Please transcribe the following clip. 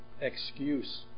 excuse